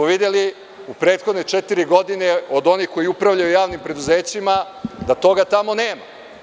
Videli smo u prethodne četiri godine od onih koji upravljaju javnim preduzećima da toga tamo nema.